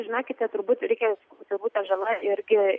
žinokite turbūt reikės turbūt ta žala irgi